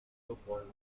leopold